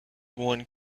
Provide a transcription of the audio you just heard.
one